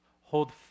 Hold